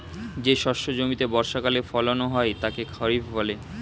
যে শস্য জমিতে বর্ষাকালে ফলন হয় তাকে খরিফ বলে